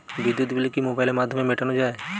বিদ্যুৎ বিল কি মোবাইলের মাধ্যমে মেটানো য়ায়?